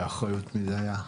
באחריות מי זה היה?